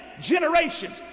generations